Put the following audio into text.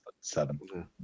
seven